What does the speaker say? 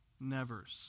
nevers